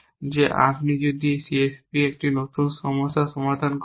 যে আপনি যদি একটি CSP হিসাবে একটি নতুন সমস্যা সমাধান করেন